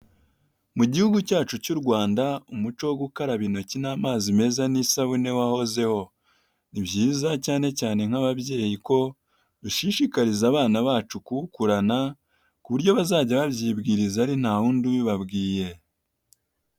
Mu gihugu cyacu cy'Urwanda, umuco wo gukaraba intoki n'amazi meza n'isabune wahozeho, ni byiza cyane cyane nk'ababyeyi ko dushishikariza abana bacu kuwukurana, ku buryo bazajya babyibwiriza ari nta wundi ubibabwiye.